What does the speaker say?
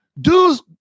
Dudes